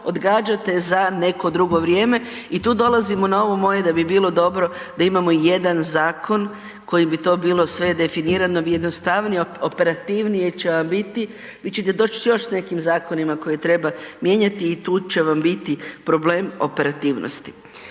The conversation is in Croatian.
odgađate za neko drugo vrijeme i tu dolazimo na ovo moje da bi bilo dobro da imamo jedan zakon kojim bi to bilo sve definirano i jednostavnije, operativnije će vam biti, vi ćete doći još s nekim zakonima koje treba mijenjati i tu će vam biti problem operativnosti.